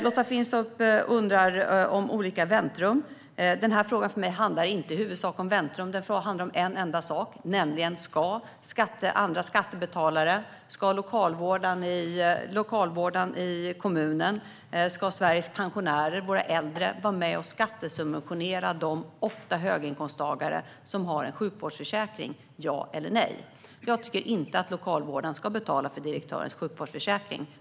Lotta Finstorp undrar om olika väntrum. För mig handlar denna fråga inte huvudsakligen om väntrum. Den handlar om en enda sak, nämligen om huruvida andra skattebetalare - lokalvårdaren i kommunen, Sveriges pensionärer och våra äldre - ska vara med och skattesubventionera de personer, ofta höginkomsttagare, som har en sjukvårdsförsäkring. Jag tycker inte att lokalvårdaren ska betala för direktörens sjukvårdsförsäkring.